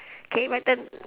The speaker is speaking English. K my turn